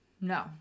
No